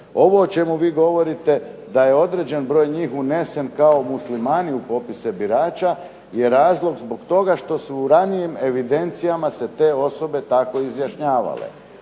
Ovo o čemu vi govorite da je određen broj njih unesen kao Muslimani u popise birača je razlog što su u ranijim evidencijama se te osobe tako izjašnjavale.